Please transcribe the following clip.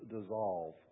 dissolve